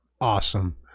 awesome